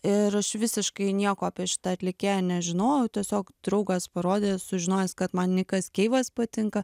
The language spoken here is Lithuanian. ir aš visiškai nieko apie šitą atlikėją nežinojau tiesiog draugas parodė sužinojęs kad man nikas keivas patinka